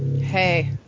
Hey